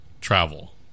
travel